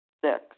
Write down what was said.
Six